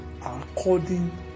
According